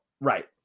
right